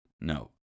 No